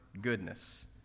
goodness